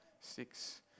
six